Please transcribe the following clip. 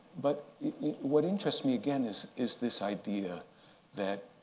but what interests me, again, is is this idea that